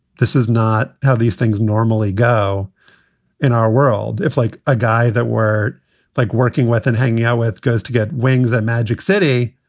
this is not how these things normally go in our world. if, like, a guy that were like working with and hanging out with guys to get wings at magic city,